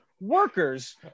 workers